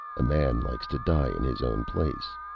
a man likes to die in his own place,